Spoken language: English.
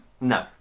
no